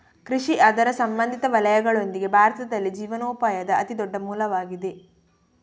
ಕೃಷಿ ಅದರ ಸಂಬಂಧಿತ ವಲಯಗಳೊಂದಿಗೆ, ಭಾರತದಲ್ಲಿ ಜೀವನೋಪಾಯದ ಅತಿ ದೊಡ್ಡ ಮೂಲವಾಗಿದೆ